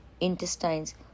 intestines